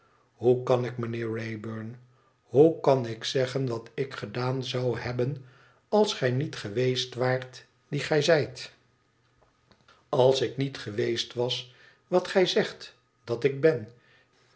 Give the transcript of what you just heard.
hoe kan ik mijnheer wraybum hoe kan ik zeggen wat ik gedaan zou hebben als gij niet geweest waart die gij zijt als ik niet geweest was wat gij zegt dat ik ben